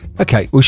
okay